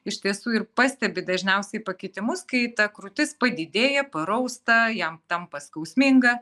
iš tiesų ir pastebi dažniausiai pakitimus kai ta krūtis padidėja parausta jam tampa skausminga